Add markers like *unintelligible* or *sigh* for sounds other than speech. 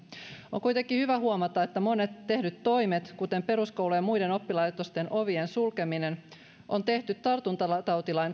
on kuitenkin hyvä huomata että monet tehdyt toimet kuten peruskoulujen ja muiden oppilaitosten ovien sulkeminen on tehty tartuntatautilain *unintelligible*